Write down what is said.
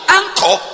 anchor